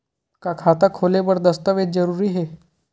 का खाता खोले बर दस्तावेज जरूरी हे?